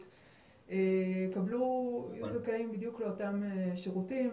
יהיו זכאים בדיוק לאותם שירותים.